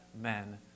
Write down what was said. men